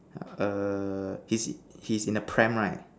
err is it he's in a pram right